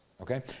okay